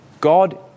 God